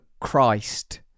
christ